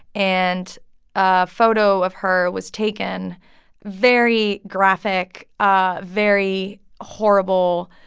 and a photo of her was taken very graphic, ah very horrible.